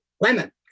Lemon